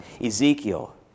Ezekiel